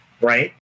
right